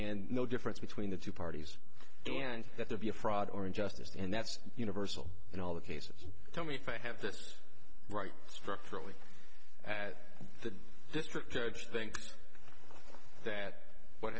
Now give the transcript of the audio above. and no difference between the two parties and that there be a fraud or injustice and that's universal in all the cases tell me if i have this right structurally at the district judge think that what